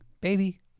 baby